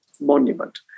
monument